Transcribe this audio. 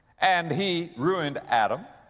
and he ruined adam.